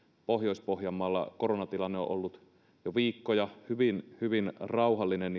pohjois pohjanmaalla koronatilanne on ollut jo viikkoja hyvin hyvin rauhallinen